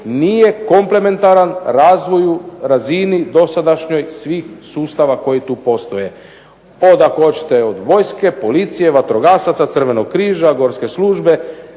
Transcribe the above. nije komplementaran razvoju razini dosadašnjoj svih sustava koji tu postoje. Od ako hoćete vojske, policije, vatrogasaca, Crvenog križa, Gorske službe